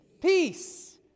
peace